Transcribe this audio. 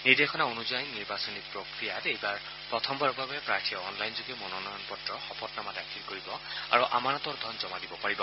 নিৰ্দেশনা অনুযায়ী নিৰ্বাচনী প্ৰক্ৰিয়াত এইবাৰ প্ৰথমবাৰৰ বাবে প্ৰাৰ্থীয়ে অনলাইনযোগে মনোনয়ন পত্ৰ শপতনামা দাখিল কৰিব আৰু আমানতৰ ধন জমা দিব পাৰিব